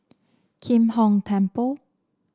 Kim Hong Temple